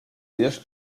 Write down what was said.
ellos